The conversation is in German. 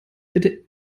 bitte